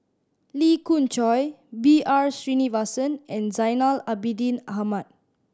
Lee Khoon Choy B R Sreenivasan and Zainal Abidin Ahmad